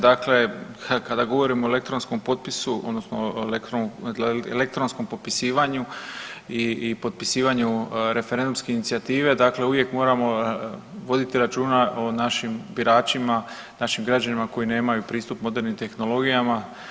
Dakle, kada govorimo o elektronskom potpisu odnosno elektronskom popisivanju i potpisivanju referendumske inicijative dakle uvijek moramo voditi računa o našim biračima, našim građanima koji nemaju pristup modernim tehnologijama.